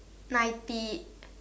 ninety